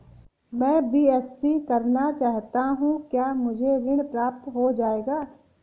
मैं बीएससी करना चाहता हूँ क्या मुझे ऋण प्राप्त हो जाएगा?